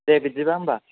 दे बिदिब्ला होमबा